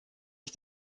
ich